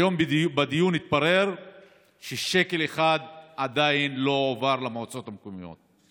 היום בדיון התברר ששקל אחד עדיין לא הועבר למועצות המקומיות.